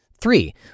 Three